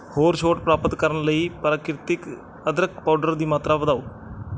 ਹੋਰ ਛੋਟ ਪ੍ਰਾਪਤ ਕਰਨ ਲਈ ਪ੍ਰਕ੍ਰਿਤੀਕ ਅਦਰਕ ਪਾਊਡਰ ਦੀ ਮਾਤਰਾ ਵਧਾਓ